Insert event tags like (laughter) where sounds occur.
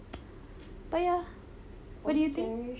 (noise) but ya what do you think